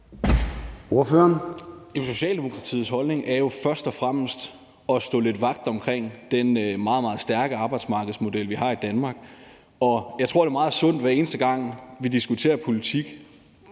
Socialdemokratiets holdning er jo først og fremmest, at vi skal stå lidt vagt om den meget, meget stærke arbejdsmarkedsmodel, vi har i Danmark, og jeg tror, at det, hver eneste gang vi diskuterer politik,